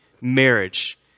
marriage